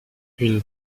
une